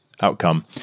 outcome